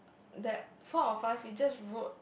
that four of us we just rode